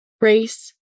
race